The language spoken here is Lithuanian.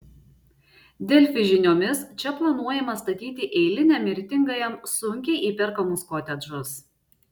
delfi žiniomis čia planuojama statyti eiliniam mirtingajam sunkiai įperkamus kotedžus